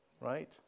Right